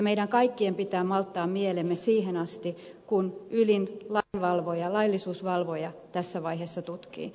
meidän kaikkien pitää malttaa tässä vaiheessa mielemme kun ylin laillisuusvalvoja tätä tutkii